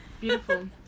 Beautiful